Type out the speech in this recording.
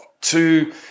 two